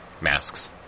Masks